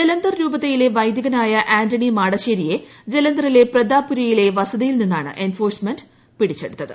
ജലന്ദർ രൂപതയിലെ വൈദികനായ ആന്റണി മാടശ്ശേരിയെ ജലന്ദറിലെ പ്രതാപ് പുരിയിലെ വസതിയിൽ നിന്നാണ് എൻഫോഴ്സ്മെന്റ് പിടി കൂടിയത്